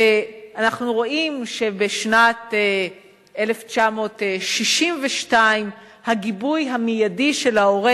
ואנחנו רואים שבשנת 1962 הגיבוי המיידי של ההורה